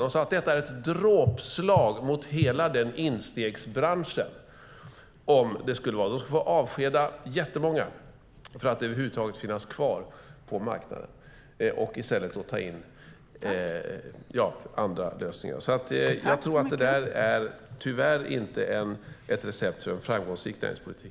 De sade att detta skulle vara ett dråpslag mot hela denna instegsbransch. De skulle få avskeda jättemånga för att över huvud taget finnas kvar på marknaden och i stället ta till andra lösningar. Jag tror tyvärr inte att detta är ett recept för en framgångsrik näringspolitik.